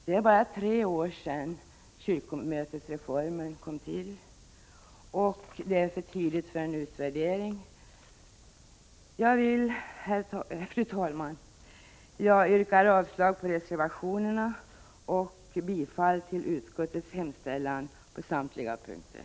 Det är bra tre år sedan kyrkomötesreformen genomfördes. Det är för tidigt för en utvärdering. Jag vill, fru talman, yrka avslag på reservationerna och bifall till utskottets hemställan på samtliga punkter.